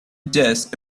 just